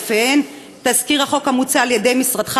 שלפיהן תזכיר החוק המוצע על-ידי משרדך